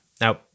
Now